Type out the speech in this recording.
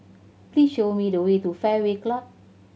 please show me the way to Fairway Club